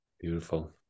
Beautiful